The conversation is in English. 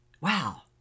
wow